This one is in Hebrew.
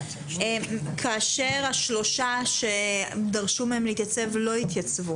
כאשר השלושה שדרשו מהם להתייצב לא התייצבו